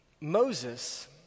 Moses